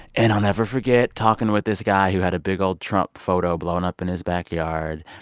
and i'll never forget talking with this guy who had a big, old trump photo blown up in his backyard.